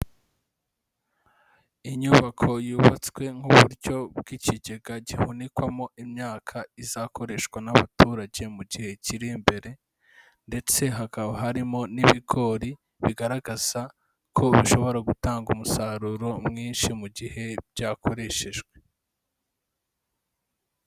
Inyubako yubatswe nk'uburyo bw'ikigega gihunikwamo imyaka izakoreshwa n'abaturage mu gihe kiri imbere, ndetse hakaba harimo n'ibigori bigaragaza ko bishobora gutanga umusaruro mwinshi mu gihe byakoreshejwe.